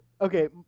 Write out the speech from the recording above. Okay